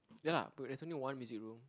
ya there's only one music room